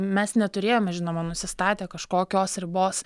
mes neturėjome žinoma nusistatę kažkokios ribos